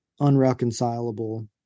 unreconcilable